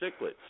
cichlids